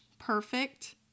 perfect